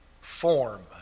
form